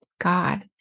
God